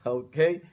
okay